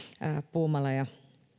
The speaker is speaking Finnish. puumala ja